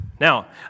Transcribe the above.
Now